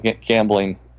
gambling